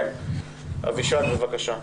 אבישג, בבקשה.